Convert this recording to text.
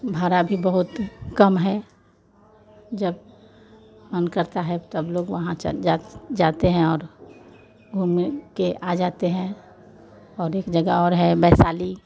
भरा भी बहुत कम है जब मन करता है तब हम लोग वहाँ च जा जाते हैं और घूम वूम कर आ जाते हैं और एक जगह और है वैशाली